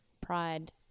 Pride